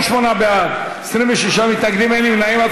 48 בעד, 26 מתנגדים, אין נמנעים.